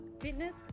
fitness